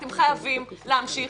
אתם חייבים להמשיך